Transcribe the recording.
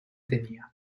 tenía